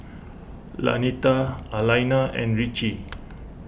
Lanita Alaina and Ritchie